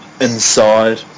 inside